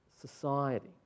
society